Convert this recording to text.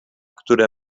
które